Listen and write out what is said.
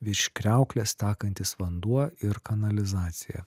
iš kriauklės tekantis vanduo ir kanalizacija